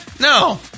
No